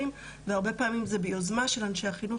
והרבה פעמים זה ביוזמה של אנשי החינוך,